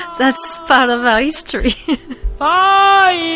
that's part of our history! ah